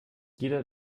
jeder